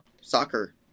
soccer